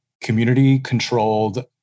community-controlled